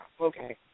okay